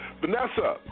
Vanessa